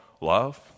love